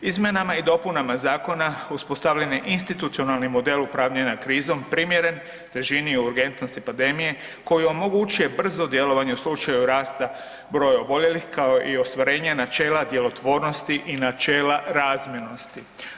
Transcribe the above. Izmjenama i dopunama zakona uspostavljen je institucionalni model upravljanja krizom primjeren težini urgentnosti pandemije koji omogućuje brzo djelovanje u slučaju rasta broja oboljelih kao i ostvarenje načela djelotvornosti i načela razmjernosti.